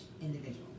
individual